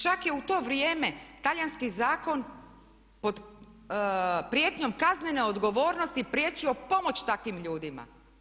Čak je u to vrijeme talijanski zakon pod prijetnjom kaznene odgovornosti priječio pomoć takvim ljudima.